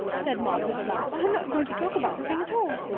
said maud with a laugh. i'm not going to talk about the thing at all.